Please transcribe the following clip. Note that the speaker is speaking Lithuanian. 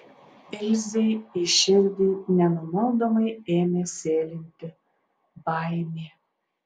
ilzei į širdį nenumaldomai ėmė sėlinti baimė